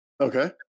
Okay